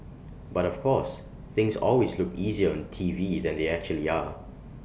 but of course things always look easier on T V than they actually are